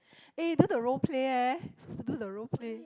eh then the role play eh supposed to do the role play